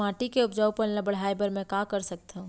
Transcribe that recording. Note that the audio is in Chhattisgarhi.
माटी के उपजाऊपन ल बढ़ाय बर मैं का कर सकथव?